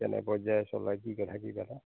কেনে পৰ্যায় চলাই কি কথা কি কথা